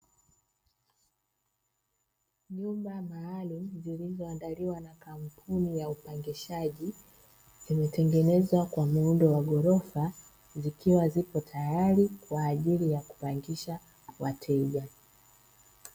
Nyumba maalumu zilizioandaliwa na kampuni ya upangishaji, zimetengenezwa kwa muundo wa gorofa, zikiwa zipo tayari kwa ajili ya kupangisha wa wateja.